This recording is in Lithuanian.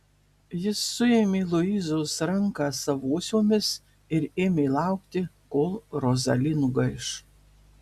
jis suėmė luizos ranką savosiomis ir ėmė laukti kol rozali nugaiš